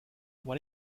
why